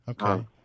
Okay